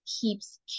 keeps